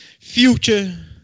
future